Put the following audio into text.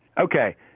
okay